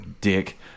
dick